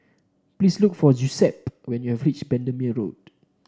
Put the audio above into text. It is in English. please look for Giuseppe when you are reach Bendemeer Road